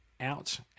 out